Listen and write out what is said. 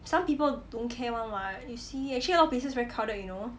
some people don't care one [what] you see actually a lot of places very crowded [one] you know